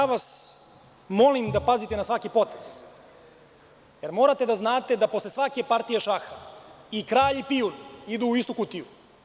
Ja vas molim da pazite na svaki potez, jer morate da znate da posle svake partije šaha i kralj i pijun idu u istu kutiju.